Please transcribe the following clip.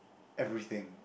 everything